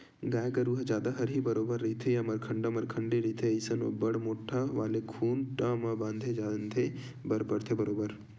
गाय गरु ह जादा हरही बरोबर रहिथे या मरखंडा मरखंडी रहिथे अइसन म बड़ मोट्ठा वाले खूटा म बांधे झांदे बर परथे बरोबर